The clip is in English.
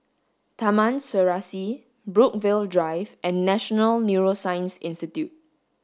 Taman Serasi Brookvale Drive and National Neuroscience Institute